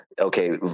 Okay